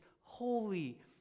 holy